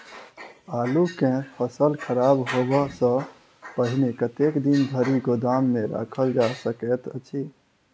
आलु केँ फसल खराब होब सऽ पहिने कतेक दिन धरि गोदाम मे राखल जा सकैत अछि?